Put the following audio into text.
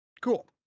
Cool